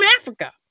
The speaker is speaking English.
Africa